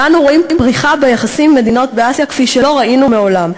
ואנו רואים פריחה ביחסים עם מדינות באסיה כפי שלא ראינו מעולם.